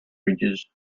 bridges